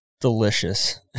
delicious